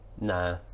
Nah